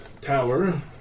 tower